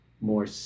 more